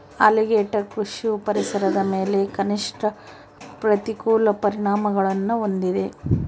alligator ಕೃಷಿಯು ಪರಿಸರದ ಮೇಲೆ ಕನಿಷ್ಠ ಪ್ರತಿಕೂಲ ಪರಿಣಾಮಗುಳ್ನ ಹೊಂದಿದೆ